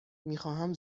میخواهم